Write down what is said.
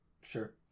Sure